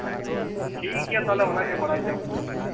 ᱟᱪᱪᱷᱟ ᱴᱷᱤᱠ ᱜᱮᱭᱟ ᱛᱟᱦᱞᱮ ᱚᱱᱟ ᱜᱮ ᱵᱟᱲᱟᱭ ᱡᱚᱝ ᱛᱮᱱᱟᱜ ᱛᱟᱦᱮᱸ ᱠᱟᱱᱟ ᱴᱷᱤᱠ